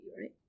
right